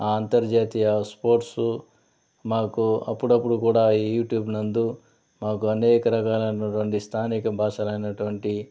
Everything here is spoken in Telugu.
అంతర్జాతీయ స్పోర్ట్సు మాకు అప్పుడప్పుడు కూడా ఈ యూట్యూబ్ నందు మాకు అనేక రకాలునుటువంటి స్థానిక భాషలు అయినటువంటి